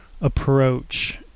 approach